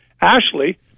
Ashley